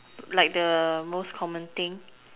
like the most common thing